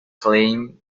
claim